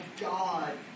God